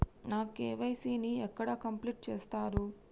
నా కే.వై.సీ ని ఎక్కడ కంప్లీట్ చేస్తరు?